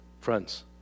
friends